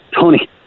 Tony